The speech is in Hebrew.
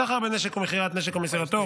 סחר בנשק ומכירת נשק או מסירתו.